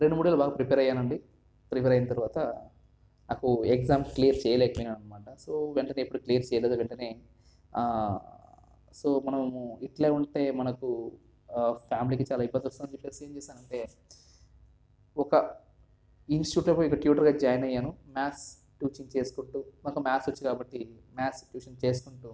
రెండు మూడు ఏళ్ళు బాగా ప్రిపేర్ అయ్యానండి ప్రిపేర్ అయిన తర్వాత నాకు ఎగ్జామ్ క్లియర్ చేయలేకపోయాను అనమాట సో వెంటనే ఇప్పుడు క్లియర్ చేయలేను అని చెప్పి సో మనం ఇట్లే ఉంటే మనకు ఫ్యామిలీకి చాలా ఇబ్బంది వస్తుంది అని చెప్పేసి నేనేం చేశానంటే ఒక ఇన్స్టిట్యూట్ రిక్రూటర్గా జాయిన్ అయ్యాను మ్యాథ్స్ ట్యూషన్ చేసుకుంటూ మాకు మ్యాథ్స్ వచ్చి కాబట్టి మ్యాథ్స్ ట్యూషన్ చేసుకుంటూ